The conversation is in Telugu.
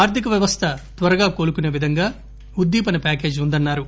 ఆర్దిక వ్యవస్థ త్వరగా కోలుకుసే విధంగా ఉద్దీపన ప్యాకేజీ వుందన్నారు